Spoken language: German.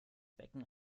becken